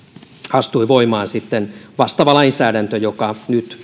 astui voimaan sitten vastaava lainsäädäntö joka nyt